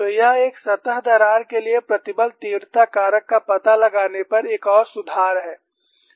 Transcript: तो यह एक सतह दरार के लिए प्रतिबल तीव्रता कारक का पता लगाने पर एक और सुधार है